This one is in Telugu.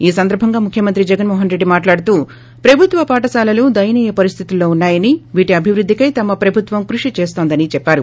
ఈ సందర్భంగా ముఖ్యమంత్రి జగన్ మోహన్ రెడ్డి మాట్లాడుతూ ప్రభుత్వ పాఠశాలలు దయనీయ పరిస్లితుల్లో ఉన్నా యని వీటి అభివృద్ధి కై తమ ప్రభుత్వం కృషి చేస్తోందని చెప్పారు